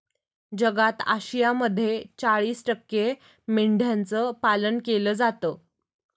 जगात आशियामध्ये चाळीस टक्के मेंढ्यांचं पालन केलं जातं